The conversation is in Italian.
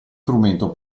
strumento